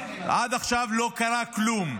עד עכשיו לא קרה כלום.